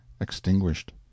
extinguished